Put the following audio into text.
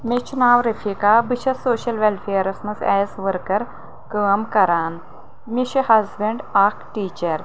مےٚ چھُ ناو رفیٖقہ بہٕ چھس سوشل وٮ۪لفیرس منٛز ایز ؤرکر کٲم کران مےٚ چھُ ہسبیٚنٛڈ اکھ ٹیٖچر